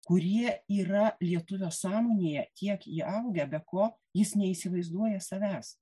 kurie yra lietuvio sąmonėje tiek įaugę be ko jis neįsivaizduoja savęs